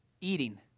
eating